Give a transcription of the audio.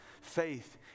Faith